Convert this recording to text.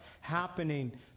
happening